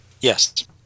Yes